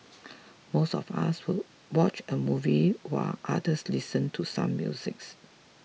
most of us would watch a movie while others listen to some musics